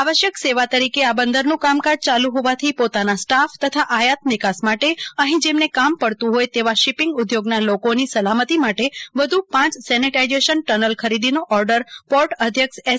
આવશ્યક સેવા તરીકે આ બંદરનું કામકાજ ચાલુ હોવાથી પોતાના સ્ટાફ તથા આયાત નિકાસ માટે અહીં જેમને કામ પડ્તુ હોય તેવા શિપિંગ ઉદ્યોગ ના લોકોની સલામતી માટે વધુ પાંચ સેનિટાઈઝેશન ટનલ ખરીદીનો ઑર્ડર પોર્ટ અધ્યક્ષ એસ